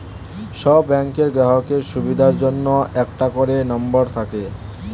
সব ব্যাংকের গ্রাহকের সুবিধার জন্য একটা করে নম্বর থাকে